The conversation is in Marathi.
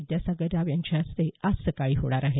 विद्यासागर राव यांच्या हस्ते आज सकाळी होणार आहे